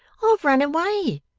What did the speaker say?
i've run away